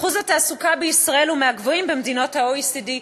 אחוז התעסוקה בישראל הוא מהגבוהים במדינות ה-OECD,